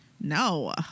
No